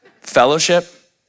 Fellowship